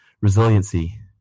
resiliency